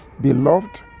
Beloved